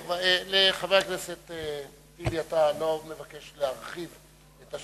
לחבר הכנסת טיבי, אתה לא מבקש להרחיב את השאלה.